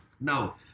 Now